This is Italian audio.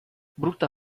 brutta